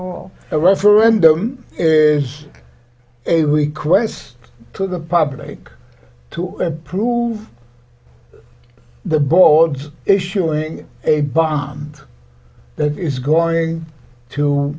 all a referendum is a request to the public to improve the board issuing a bomb that is going to